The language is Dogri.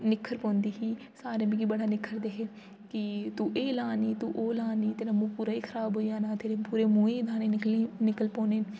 निक्खर पौंदी ही सारे मिगी बड़ा निक्खरदे हे कि तू एह् ला नि तू ओह् ला नि तेरा पूरा मूंह् गै ख़राब होई जाना तेरे पूरे मुंहै गी दाने निकल पौने